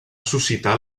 suscitar